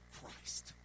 Christ